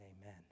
amen